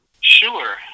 Sure